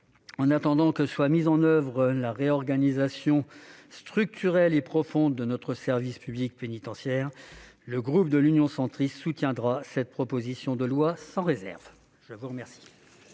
en attendant que soit mise en oeuvre une réorganisation structurelle et profonde de notre service public pénitentiaire, le groupe Union Centriste soutiendra cette proposition de loi sans réserve. La parole